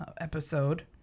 episode